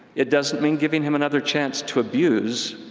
it doesn't mean giving him another chance to abuse,